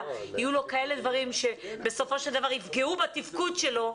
יהיו לו כאלה דברים שבסופו של דבר יפגעו בתפקוד שלו.